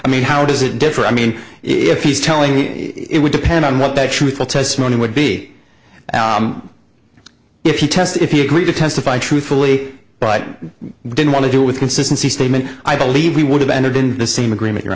i mean how does it differ i mean if he's telling me it would depend on what that truthful testimony would be if you test if you agreed to testify truthfully but didn't want to do with consistency statement i believe we would have ended in the same agreement your